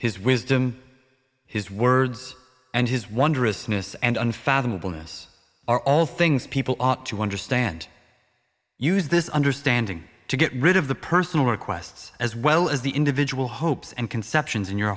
his wisdom his words and his wondrous miss and unfathomable ness are all things people ought to understand use this understanding to get rid of the personal requests as well as the individual hopes and conceptions in your